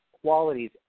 qualities